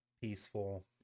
peaceful